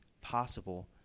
possible